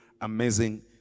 amazing